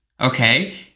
okay